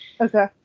Okay